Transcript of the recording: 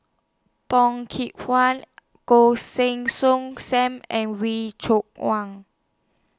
Bong Kee Hwa Goh Heng Soon SAM and Wee Cho Wang